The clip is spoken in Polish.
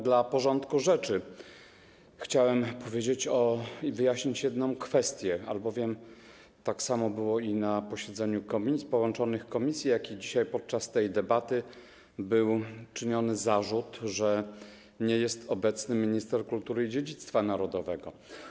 Dla porządku rzeczy chciałem tylko wyjaśnić jedną kwestię, albowiem tak samo na posiedzeniu połączonych komisji, jak i dzisiaj, podczas tej debaty był czyniony zarzut, że nie jest obecny minister kultury i dziedzictwa narodowego.